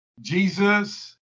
Jesus